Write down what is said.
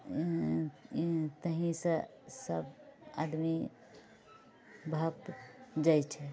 ताहिसँ सब आदमी भक्त जाइ छै